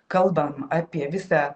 kalbam apie visą